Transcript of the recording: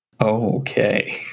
okay